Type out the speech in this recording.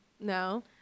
no